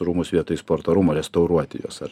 rūmus vietoj sporto rūmų restauruoti juos ar